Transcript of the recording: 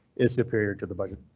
is superior to the budget?